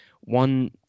One